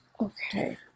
Okay